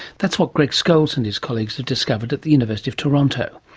that's what greg scholes and his colleagues have discovered at the university of toronto.